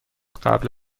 قبل